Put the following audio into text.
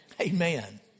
Amen